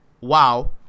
Wow